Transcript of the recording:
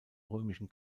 römischen